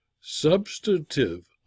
Substantive